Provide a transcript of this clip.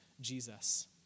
Jesus